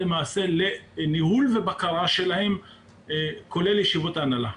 לניהול ובקרה שלהן כולל ישיבות ההנהלה.